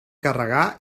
carregar